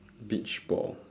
beach ball